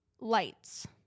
lights